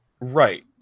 Right